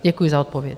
Děkuji za odpověď.